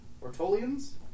Ortolians